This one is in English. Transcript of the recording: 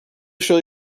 shall